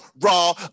raw